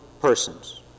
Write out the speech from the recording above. persons